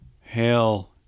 Hail